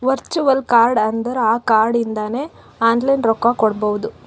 virtual card ಅಂದುರ್ ಆ card ಇಂದಾನೆ ಆನ್ಲೈನ್ ರೊಕ್ಕಾ ಕೊಡ್ಬೋದು